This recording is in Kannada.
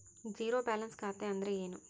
ಝೇರೋ ಬ್ಯಾಲೆನ್ಸ್ ಖಾತೆ ಅಂದ್ರೆ ಏನು?